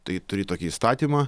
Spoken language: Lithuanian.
tai turi tokį įstatymą